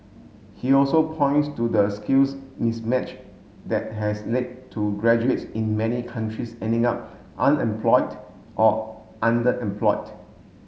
he also points to the skills mismatch that has led to graduates in many countries ending up unemployed or underemployed